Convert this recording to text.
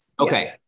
Okay